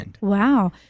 Wow